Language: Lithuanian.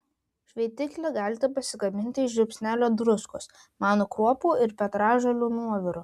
šveitiklį galite pasigaminti iš žiupsnelio druskos manų kruopų ir petražolių nuoviro